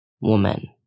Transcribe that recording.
Woman